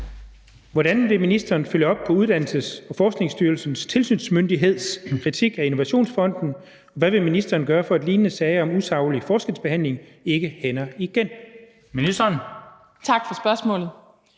Hvordan vil ministeren følge op på Uddannelses- og Forskningsstyrelsens tilsynsmyndigheds kritik af Innovationsfonden, og hvad vil ministeren gøre, for at lignende sager om »usaglig« forskelsbehandling ikke hænder igen? Den fg. formand